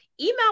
Email